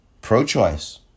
pro-choice